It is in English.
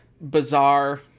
bizarre